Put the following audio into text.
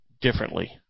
differently